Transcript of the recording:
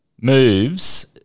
moves